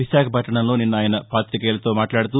విశాఖపట్టణంలో నిన్న ఆయన పాతికేయులతో మాట్లాడుతూ